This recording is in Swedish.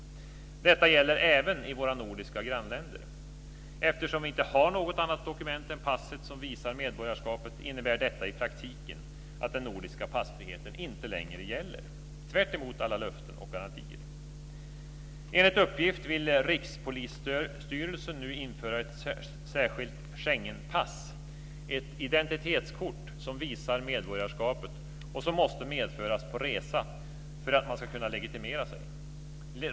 Detta gäller även i våra nordiska grannländer. Eftersom vi inte har något annat dokument än passet som visar medborgarskapet innebär detta i praktiken att den nordiska passfriheten inte längre gäller - tvärtemot alla löften och garantier. Enligt uppgift vill Rikspolisstyrelsen nu införa ett särskilt Schengenpass - ett identitetskort som visar medborgarskapet och som måste medföras på resa för att man ska kunna legitimera sig.